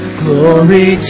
glory